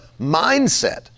mindset